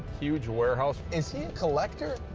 huge warehouse. is he a collector?